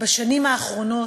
בשנים האחרונות,